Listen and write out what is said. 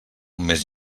més